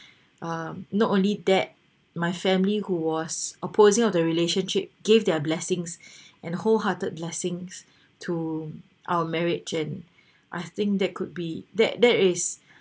um not only that my family who was opposing of the relationship gave their blessings and wholehearted blessings to our marriage and I think that could be that that is